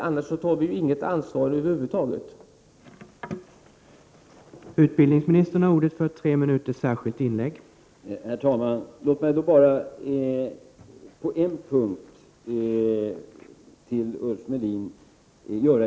Om så inte var fallet skulle vi över huvud taget inte ta något ansvar.